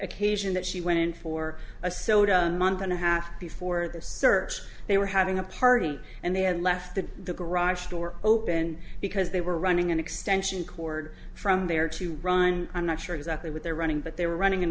occasion that she went in for a soda a month and a half before the search they were having a party and they had left the garage door open because they were running an extension cord from there to rhyme i'm not sure exactly what they're running but they were running an